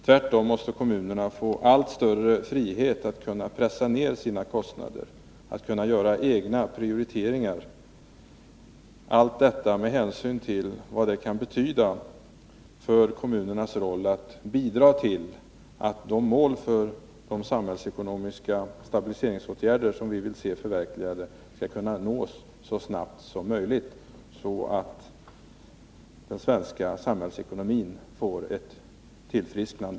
Tvärtom måste kommunerna få allt större frihet att pressa ner sina kostnader och göra egna prioriteringar — allt detta med hänsyn till kommunernas roll när det gäller att bidra till att målen för de samhällsekonomiska stabiliseringsåtgärder som vi vill se förverkligade skall kunna nås så snart som möjligt, så att den svenska samhällsekonomin tillfrisknar.